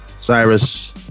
Cyrus